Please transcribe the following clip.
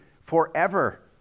forever